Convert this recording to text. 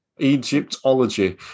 egyptology